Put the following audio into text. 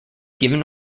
given